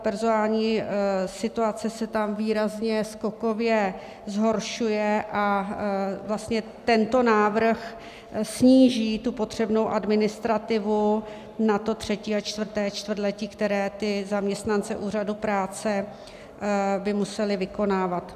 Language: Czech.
Ta personální situace se tam výrazně skokově zhoršuje a vlastně tento návrh sníží tu potřebnou administrativu na to třetí a čtvrté čtvrtletí, které by zaměstnanci úřadu práce museli vykonávat.